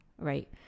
right